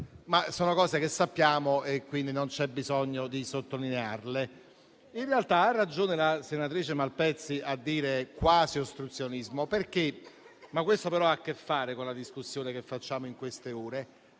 Sono cose che sappiamo e quindi non c'è bisogno di sottolinearle. In realtà ha ragione la senatrice Malpezzi a definirlo quasi ostruzionismo. Ciò ha a che fare con la discussione che facciamo in queste ore.